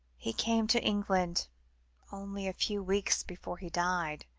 he came to england only a few weeks before he died.